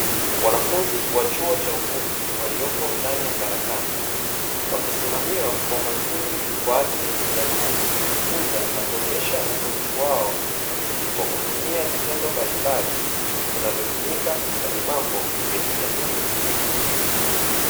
Wanafunzi wa chuo cha ufundi waliopo ndani ya karakana wakisimamiwa kwa umakini kwa ajili ya kujifunza, na kuonyesha ubunifu wao kwa kutumia vitendo mbalimbali vinavyotumika kwenye mambo ya kijamii.